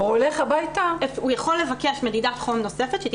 אני לא יודע למה המכרז עדיין בעיצומו ולא נסגר.